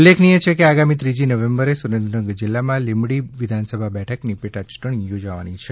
ઉલ્લેખનીય છે કે આગામી ત્રીજી નવેંબરે સુરેન્દ્રનગર જીલ્લામાં લીંમડી વિધાનસભા બેઠકની પેટાયૂંટણી યોજાવાની છે